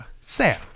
Sam